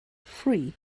free